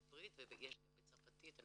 עברית ויש גם בצרפתית.